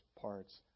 parts